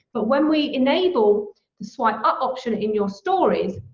but when we enable the swipe up option in your stories,